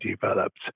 developed